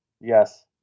Yes